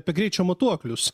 apie greičio matuoklius